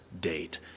date